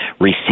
receive